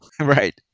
Right